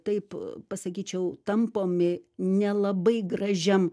taip pasakyčiau tampomi nelabai gražiam